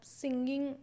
singing